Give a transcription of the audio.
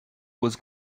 was